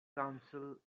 counsel